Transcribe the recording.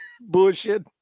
bullshit